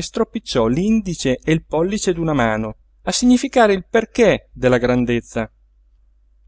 stropicciò l'indice e il pollice d'una mano a significare il perché della grandezza